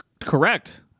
Correct